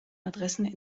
adressen